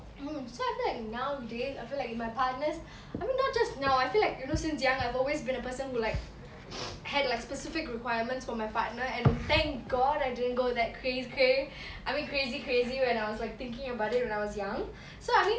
so I feel like nowadays I feel like my partners I mean not just now I feel like you know since young I've always been a person who like had like specific requirements for my partner and thank god I didn't go that cray cray I mean crazy crazy when I was like thinking about it when I was young so I mean